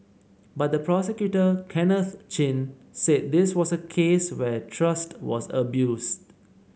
but the prosecutor Kenneth Chin said this was a case where trust was abused